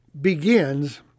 Begins